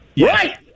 Right